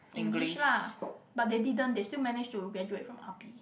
English lah but they didn't they still managed to graduate from R_p